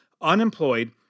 unemployed